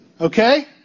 Okay